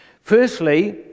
firstly